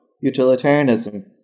Utilitarianism